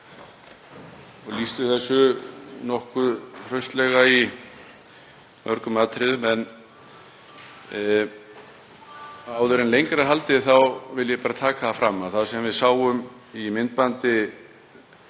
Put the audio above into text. og lýsti þessu nokkuð hraustlega í mörgum atriðum. En áður en lengra er haldið vil ég bara taka fram að það sem við sáum í myndbandi